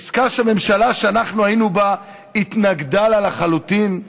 עסקה שהממשלה שאנחנו היינו בה התנגדה לה לחלוטין?